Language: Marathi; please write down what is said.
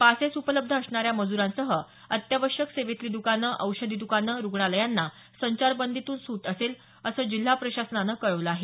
पासेस उपलब्ध असणाऱ्या मज्रांसह अत्यावश्यक सेवेतली दुकानं औषधी दुकाने रुग्णालयांना संचारबंदीतून सूट असेल असं जिल्हा प्रशासनान कळवल आहे